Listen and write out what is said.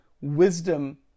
wisdom